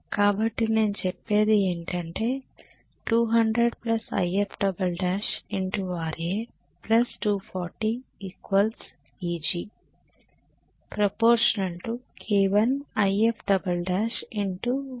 కాబట్టి నేను చెప్పేదీ ఏంటంటే 200 Ifl1 Ra240 Eg α k1Ifl1125